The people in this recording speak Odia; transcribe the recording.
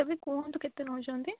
ତଥାପି କୁହନ୍ତୁ କେତେ ନଉଛନ୍ତି